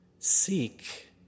Seek